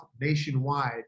nationwide